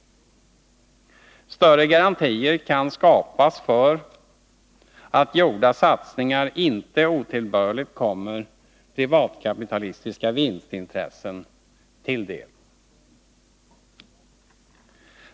Större garantier kan skapas för att gjorda satsningar inte otillbörligt kommer privatkapitalistiska vinstintressen till del.